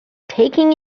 taking